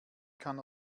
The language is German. kann